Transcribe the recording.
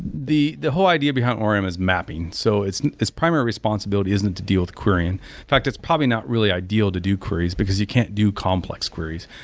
the the whole idea behind orm is mapping. so its its primary responsibility isn't to deal with querying. in fact, it's probably not really ideal to do queries, because you can't do complex queries.